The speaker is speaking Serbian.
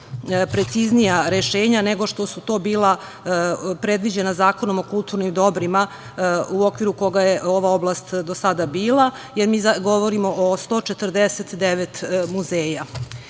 preciznija rešenja nego što su bila predviđena Zakonom o kulturnim dobrima u okviru koga je ova oblast do sada bila, jer mi govorimo o 149